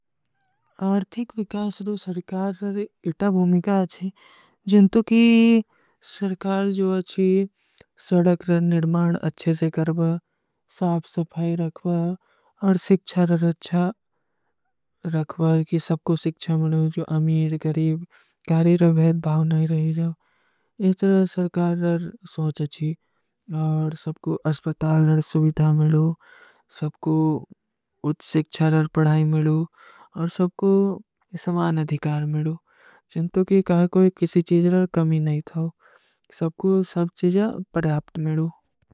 ଆର୍ଥିକ ଵିକାସ ନୋ ସରକାର ନରେ ଇତା ଭୁମିକା ଅଚ୍ଛେ। ଜିନ୍ତୋ କି ସରକାର ଜୋ ଅଚ୍ଛେ ସଡକ ନର୍ମାନ ଅଚ୍ଛେ ସେ କରବା, ସାପ ସପ୍ପାଈ ରଖଵା, ଔର ସିକ୍ଛାର ପର ଅଚ୍ଛା ରଖଵା, କି ସବ କୋ ସିକ୍ଛା ମେଲୋ, ଜୋ ଅମୀର, କରୀବ, କାରୀର, ଭେଦ, ଭାଵ ନହୀଂ ରହୀ ଜାଓ। ଇତିର ଆର୍ଥିକ, ସରକାର ନର ସୌଚ ଅଚ୍ଛୀ। ଔର ସବ କୋ ଅସପତାଲ ନର ସୁଵିଧା ମିଲୋ। ସବ କୋ ଉଛ ସିକ୍ଛାର ନର ପଢାଈ ମିଲୋ। ଔର ସବକୋ ସମାନ ଅଧିକାର ମିଡୂ। ଚିଂତୁ କି କହା କୋଈ କିସୀ ଚୀଜର କମ ହୀ ନହୀଂ ଥୋ। ସବକୋ ସବ ଚୀଜର ପଡାପ୍ଟ ମିଡୂ।